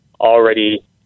already